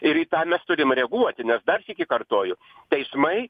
ir į tą mes turim reaguoti nes dar sykį kartoju teismai